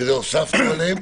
והוספנו להם